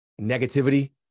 negativity